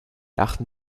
achten